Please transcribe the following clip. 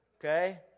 Okay